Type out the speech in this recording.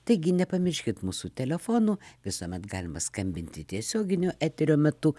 taigi nepamirškit mūsų telefonų visuomet galima skambinti tiesioginiu eterio metu